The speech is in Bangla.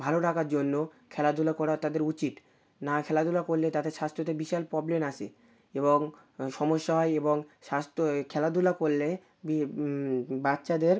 ভালো রাখার জন্য খেলাধুলা করা তাদের উচিত না খেলাধুলা করলে তাতে স্বাস্থ্যতে বিশাল প্রবলেম আসে এবং সমস্যা হয় এবং স্বাস্থ্য এ খেলাধুলা করলে গিয়ে বাচ্চাদের